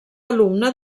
alumne